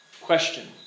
Question